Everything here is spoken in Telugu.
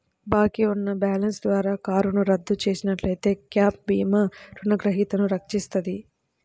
బాకీ ఉన్న బ్యాలెన్స్ ద్వారా కారును రద్దు చేసినట్లయితే గ్యాప్ భీమా రుణగ్రహీతను రక్షిస్తది